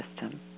system